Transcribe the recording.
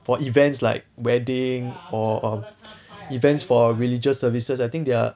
for events like weddings or um events for religious services I think they are